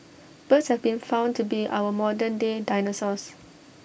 birds have been found to be our modern day dinosaurs